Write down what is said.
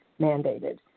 mandated